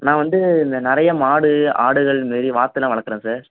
நான் வந்து இந்த நிறைய மாடு ஆடுகள் இது மாரி வாத்துலாம் வளர்க்கறேன் சார்